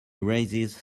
raises